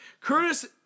Curtis